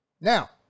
Now